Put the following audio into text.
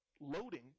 loading